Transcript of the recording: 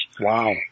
Wow